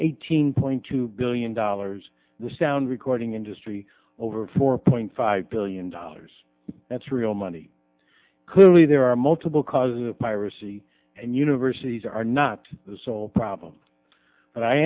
eighteen point two billion dollars the sound recording industry over four point five billion dollars that's real money clearly there are multiple causes my recy and universities are not the sole problem but i